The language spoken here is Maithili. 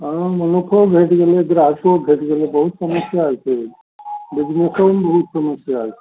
हँ मनुक्खो भेटि गेलै ग्राहको भेटि गेलै बहुत समस्या छै बिजनेसोमे बहुत समस्या छै